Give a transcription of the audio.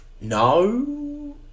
No